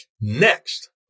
Next